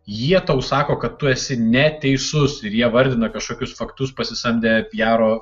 jie tau sako kad tu esi neteisus ir jie vardina kažkokius faktus pasisamdę piaro